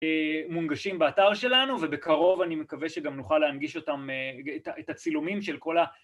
מונגשים באתר שלנו, ובקרוב אני מקווה שגם נוכל להנגיש אותם את הצילומים של כל ה...